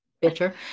bitter